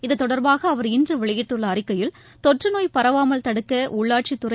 இதுதொடர்பாக அவர் இன்று வெளியிட்டுள்ள அறிக்கையில் தொற்று நோய் பராவமல் தடுக்க உள்ளாட்சித் துறை